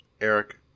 Eric